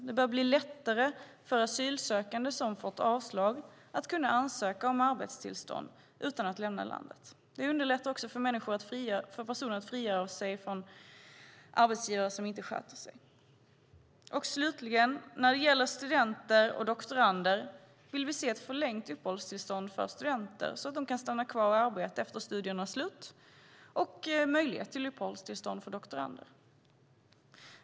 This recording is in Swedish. Det bör bli lättare för asylsökande som fått avslag att ansöka om arbetstillstånd utan att lämna landet. Det underlättar också för personer att frigöra sig från arbetsgivare som inte sköter sig. Slutligen vill vi se ett förlängt uppehållstillstånd för studenter så att de kan stanna kvar och arbeta efter studiernas slut och möjlighet till uppehållstillstånd för doktorander.